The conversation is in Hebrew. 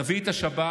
נביא את השב"כ,